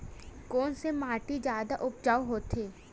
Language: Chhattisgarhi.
कोन से माटी जादा उपजाऊ होथे?